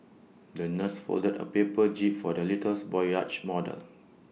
the nurse folded A paper jib for the little boy's yacht model